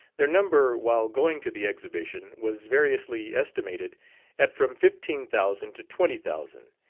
their number while going to the exhibition, was variously estimated at from fifteen thousand to twenty thousand,